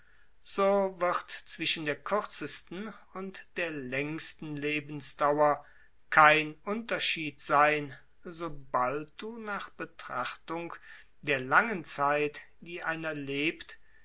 so wird zwischen der kürzesten und der längsten lebensdauer kein unterschied sein sobald du nach betrachtung der langen zeit die einer lebte